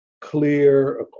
clear